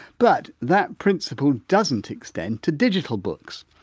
but that principle doesn't extend to digital books.